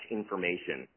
information